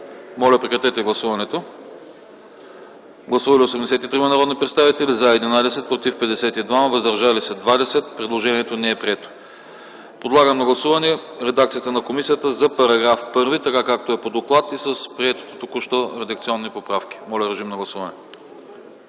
Моля, гласувайте. Гласували 83 народни представители: за 11, против 52, въздържали се 20. Предложението не е прието. Подлагам на гласуване редакцията на комисията за § 1, както е по доклад и с приетите току-що редакционни поправки. Моля, гласувайте.